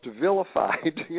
vilified